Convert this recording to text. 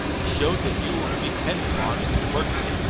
it showed that you were to be depended upon in an emergency,